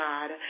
God